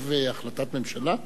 מחייב החלטת ממשלה?